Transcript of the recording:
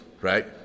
Right